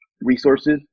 resources